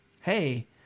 Hey